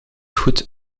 goed